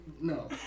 No